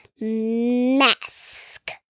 mask